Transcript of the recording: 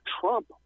Trump